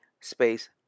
Space